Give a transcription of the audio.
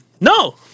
No